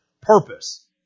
purpose